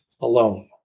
alone